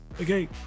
Okay